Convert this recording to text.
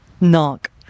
Knock